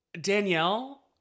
Danielle